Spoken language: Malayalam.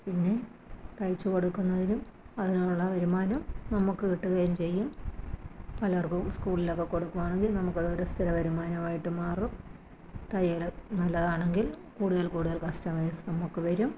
പിന്നെ തയ്ച്ചു കൊടുക്കുന്നതിനും അതിനുള്ള വരുമാനം നമുക്ക് കിട്ടുകയും ചെയ്യും പലർക്കും സ്കൂളിലൊക്കെ കൊടുക്കുവാണെങ്കില് നമക്കൊരത് സ്ഥിര വരുമാനമായിട്ട് മാറും തയ്യല് നല്ലതാണെങ്കിൽ കൂടുതൽ കൂടുതൽ കസ്റ്റമേഴ്സ് നമുക്ക് വരും